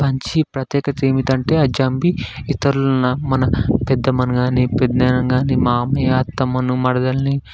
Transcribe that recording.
పంచి ప్రత్యేకత ఏమిటంటే ఆ జమ్మి ఇతరులని మన పెద్దమ్మని కాని పెదనాన్నని కాని మామయ్య అత్తమ్మను మరదలిని